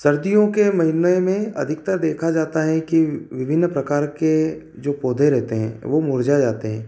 सर्दियों के महीने में अधिकतर देखा जाता है कि विभिन्न प्रकार के जो पौधे रहते हैं वो मुरझा जाते हैं